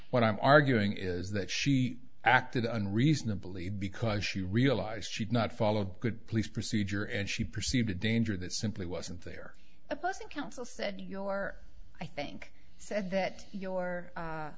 what i'm arguing is that she acted on reasonably because she realized she'd not followed good police procedure and she perceived a danger that simply wasn't there opposing counsel said your i think said that your